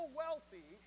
wealthy